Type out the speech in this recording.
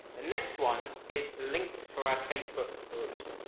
the next one is linked for our facebook groups.